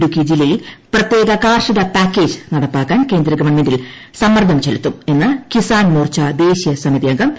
ഇടുക്കി ജില്ലയിൽ പ്രത്യേക കാർഷിക പാക്കേജ് നടപ്പാക്കാൻ കേന്ദ്ര ഗവൺമെന്റിൽ സമ്മർദ്ദം ചെലുത്തും എന്ന് കിസാൻ മോർച്ച ദേശീയ സമിതി അംഗം കെ